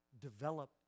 develop